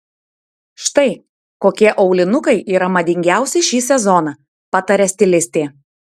štai kokie aulinukai yra madingiausi šį sezoną pataria stilistė